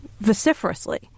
vociferously